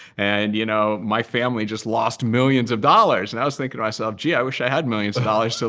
and you know my family just lost millions of dollars. and i was thinking to myself, gee, i wish i had millions of dollars so